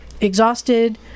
exhausted